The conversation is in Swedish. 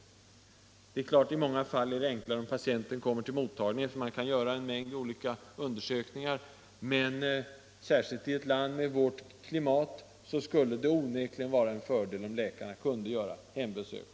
I många fall är det naturligtvis enklare att patienten kommer till mottagningen, så att läkaren kan göra behövliga undersökningar, men särskilt i ett land med vårt klimat skulle det onekligen vara en fördel om läkarna kunde göra hembesök.